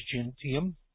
Gentium